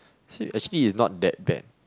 see actually it's not that bad